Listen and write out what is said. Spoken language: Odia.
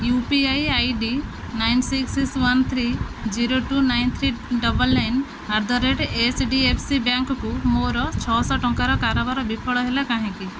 you P I I D nine six one three zero two nine three double nine eight the rate H D F C ବ୍ୟାଙ୍କ୍କୁ ମୋର ଛଅଶହ ଟଙ୍କାର କାରବାର ବିଫଳ ହେଲା କାହିଁକି